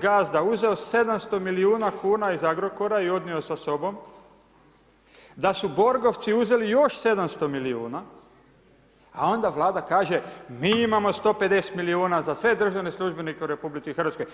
Gazda uzeo 700 milijuna kn iz Agrokora i odnio sa sobom, da su borgovci uzeli još 700 milijuna kn, a onda vlada kaže, mi imamo 150 milijuna, za sve državne službenike u RH.